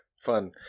Fun